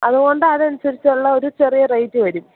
അതുകൊണ്ടാണ് അത് അനുസരിച്ചുള്ള ചെറിയ റെയ്റ്റ് വരും